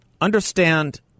Understand